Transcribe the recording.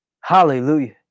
Hallelujah